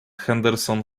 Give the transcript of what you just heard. henderson